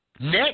Nick